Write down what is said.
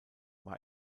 war